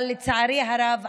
אבל לצערי הרב,